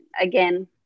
again